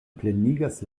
plenigas